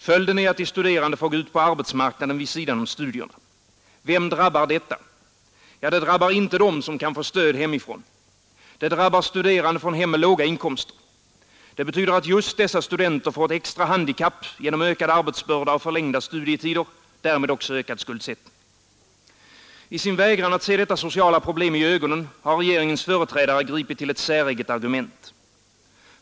Följden är att de studerande får gå ut på arbetsmarknaden vid sidan av studierna. Vem drabbar detta? Ja, det drabbar inte dem som kan få stöd hemifrån. Det drabbar studerande från hem med låga inkomster. Det betyder att just dessa studenter får ett extra handikapp genom ökad arbetsbörda och förlängda studietider och därmed också ökad skuldsättning. I sin vägran att se detta sociala problem i ögonen har regeringens företrädare gripit till ett säreget argument.